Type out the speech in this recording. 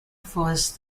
force